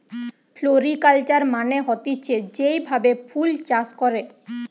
floriculture মানে হতিছে যেই ভাবে ফুল চাষ করে